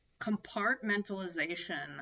compartmentalization